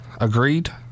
Agreed